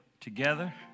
together